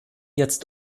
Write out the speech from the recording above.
jetzt